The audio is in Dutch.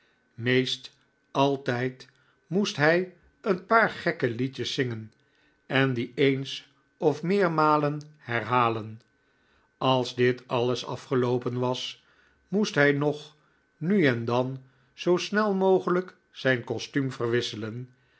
meest alth'd moest hn een paar gekke liedjes zingen en die eensof meermalen herhalen als dit alles afgeloopen was moest hij nog nu en dan zoo snel mogelijk zijn kostuum verwisselen